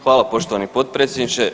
Hvala poštovani potpredsjedniče.